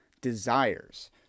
desires